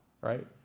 Right